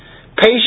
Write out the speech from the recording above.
Patient